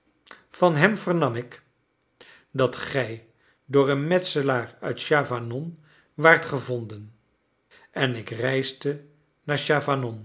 van hem vernam ik dat gij door een metselaar uit chavanon waart gevonden en ik reisde